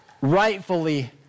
rightfully